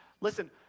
Listen